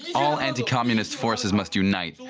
all anti-communist forces must unite.